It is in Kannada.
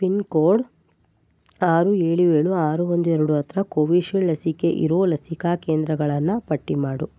ಪಿನ್ಕೋಡ್ ಆರು ಏಳು ಏಳು ಆರು ಒಂದು ಎರಡು ಹತ್ರ ಕೋವೀಶೀಲ್ಡ್ ಲಸಿಕೆ ಇರೋ ಲಸಿಕಾ ಕೇಂದ್ರಗಳನ್ನು ಪಟ್ಟಿ ಮಾಡು